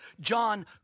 John